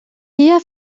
dia